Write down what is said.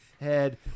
head